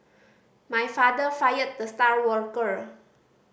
my father fired the star worker